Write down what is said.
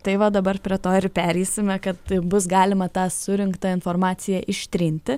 tai va dabar prie to ir pereisime kad bus galima tą surinktą informaciją ištrinti